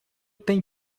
tem